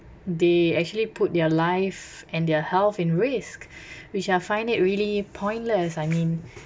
they actually put their life and their health in risk which I find it really pointless I mean